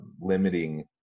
limiting